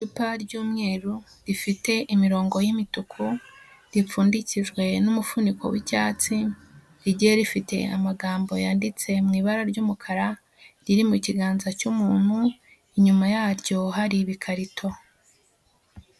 Icupa ry'umweru, rifite imirongo y'imituku, ripfundikijwe n'umufuniko w'icyatsi, rigiye rifite amagambo yanditse mu ibara ry'umukara, riri mu kiganza cy'umuntu, inyuma yaryo hari ibikarito.